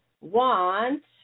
Want